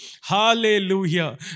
Hallelujah